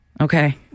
Okay